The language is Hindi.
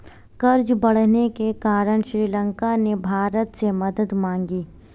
कर्ज बढ़ने के कारण श्रीलंका ने भारत से मदद मांगी